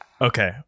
Okay